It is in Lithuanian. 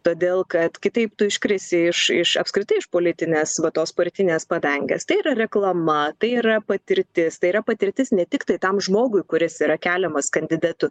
todėl kad kitaip tu iškrisi iš iš apskritai iš politinės va tos partinės padangės tai yra reklama tai yra patirtis tai yra patirtis ne tiktai tam žmogui kuris yra keliamas kandidatu